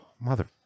mother